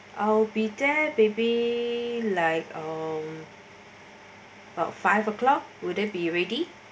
I'll be there maybe like about five o'clock wouldn't be ready